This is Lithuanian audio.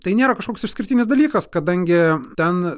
tai nėra kažkoks išskirtinis dalykas kadangi ten